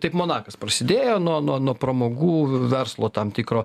taip monakas prasidėjo nuo nuo nuo pramogų verslo tam tikro